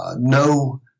no